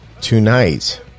tonight